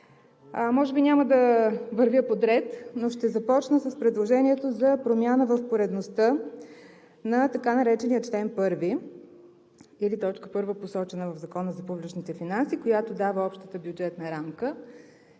Може би няма да вървя подред, но ще започна с предложението за промяна в поредността на така наречения чл. 1 или т. 1, посочена в Закона за публичните финанси, която дава общата бюджетна рамка.